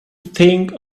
think